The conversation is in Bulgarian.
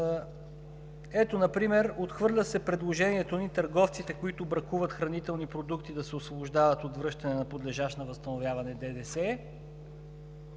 Ето например отхвърля се предложението ни търговците, които бракуват хранителни продукти, да се освобождават от връщане на подлежащ на възстановяване ДДС.